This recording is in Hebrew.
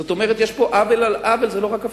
זאת אומרת, יש פה עוול על עוול, זה לא רק אבטלה.